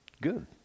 Good